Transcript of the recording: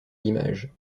l’image